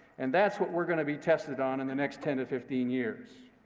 and that's what we're going to be tested on in the next ten to fifteen years.